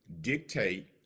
dictate